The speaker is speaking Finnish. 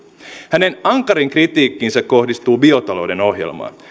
hänen ankarin kritiikkinsä kohdistuu biotalouden ohjelmaan